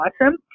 awesome